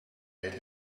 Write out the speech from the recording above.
made